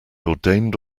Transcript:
ordained